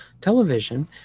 television